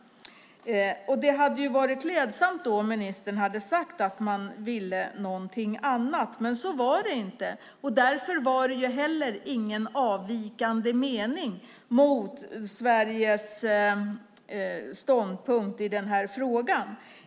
Det hade varit klädsamt om ministern hade sagt att man ville något annat. Så var det inte. Därför var det heller ingen avvikande mening mot Sveriges ståndpunkt i frågan.